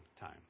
time